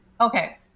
Okay